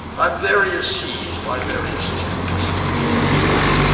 on various seas by various tempests toss'd,